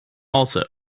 also